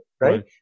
Right